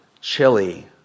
chili